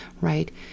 right